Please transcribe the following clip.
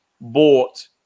bought